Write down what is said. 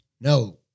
No